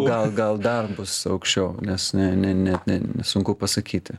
gal gal dar bus aukščiau nes ne ne net ne nesunku pasakyti